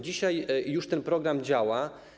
Dzisiaj już ten program działa.